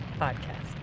podcast